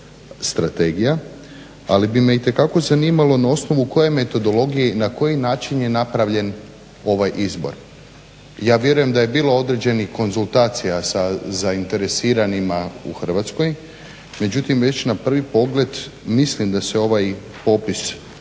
strategija. Ali bi me itekako zanimalo na osnovu koje metodologije i na koji način je napravljen ovaj izbor. Ja vjerujem da je bilo određenih konzultacija sa zainteresiranima u Hrvatskoj, međutim već na prvi pogled mislim da se ovaj popis